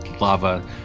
lava